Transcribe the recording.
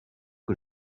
que